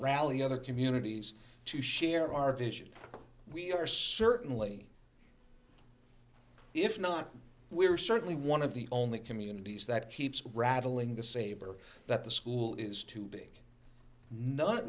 rally other communities to share our vision we are certainly if not we're certainly one of the only communities that keeps rattling the saber that the school is too big not